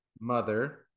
mother